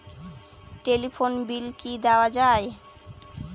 Telephone bill কি দেওয়া যায়?